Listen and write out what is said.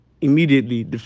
immediately